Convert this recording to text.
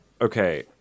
Okay